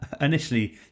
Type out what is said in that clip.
initially